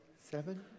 seven